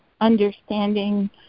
understanding